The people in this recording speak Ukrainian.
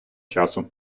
часу